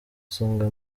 songa